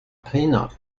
peanut